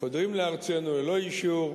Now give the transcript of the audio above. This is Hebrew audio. חודרים לארצנו ללא אישור,